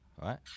right